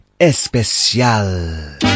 especial